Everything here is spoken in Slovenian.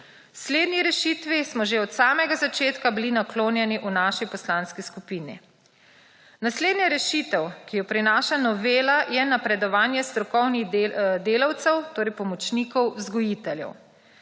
Slednji rešitvi smo že od samega začetka bili naklonjeni v naši poslanski skupini. Naslednja rešitev, ki jo prinaša novela je napredovanje strokovnih delavcev, torej pomočnikov vzgojiteljev.